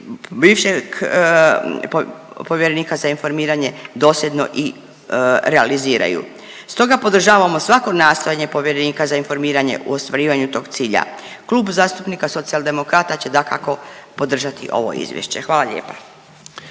bivšeg povjerenika za informiranje dosljedno i realiziraju. Stoga podržavamo svako nastojanje povjerenika za informiranje u ostvarivanju tog cilja. Klub zastupnika Socijaldemokrata će dakako podržati ovo izvješće, hvala lijepa.